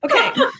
Okay